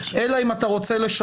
אלא אם אתה רוצה לשנות.